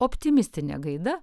optimistine gaida